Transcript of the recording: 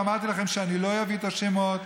ואמרתי לכם שאני לא אביא את השמות.